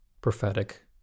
prophetic